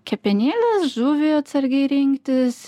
kepenėles žuvį atsargiai rinktis